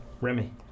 Remy